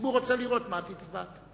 הציבור רוצה לראות מה את הצבעת.